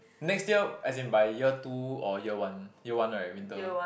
next year as in by year two or year one year one right winter